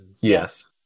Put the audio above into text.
Yes